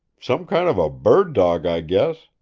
some kind of a bird dawg, i guess.